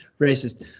racist